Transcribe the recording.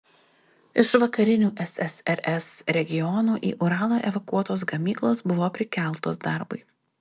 iš vakarinių ssrs regionų į uralą evakuotos gamyklos buvo prikeltos darbui